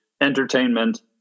Entertainment